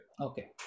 Okay